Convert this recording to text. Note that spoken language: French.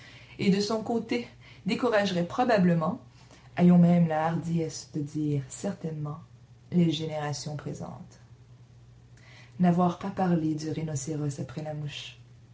et de son côté découragerait probablement ayons même la hardiesse de dire certainement les générations présentes n'avoir pas parlé du rhinocéros après la mouche